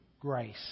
grace